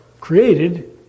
created